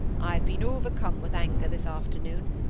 i have been overcome with anger this afternoon.